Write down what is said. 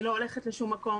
היא לא הולכת לשום מקום,